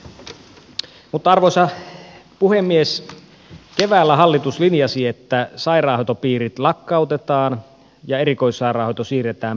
mutta arvoisa puhemies keväällä hallitus linjasi että sairaanhoitopiirit lakkautetaan ja erikoissairaanhoito siirretään pääosin kuntiin